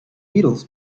beatles